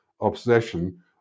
obsession